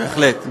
בהחלט.